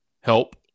help